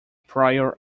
prior